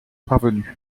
parvenus